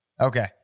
Okay